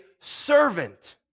servant